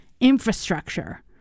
infrastructure